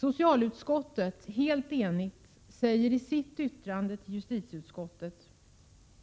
Socialutskottet säger helt enigt i sitt yttrande till justitieutskottet